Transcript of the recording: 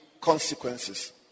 consequences